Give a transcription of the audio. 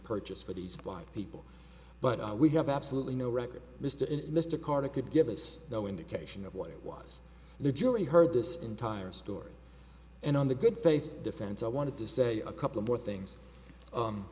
purchased for these blind people but we have absolutely no record mr and mr carter could give us no indication of what it was the jury heard this entire story and on the good faith defense i wanted to say a couple more things